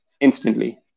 instantly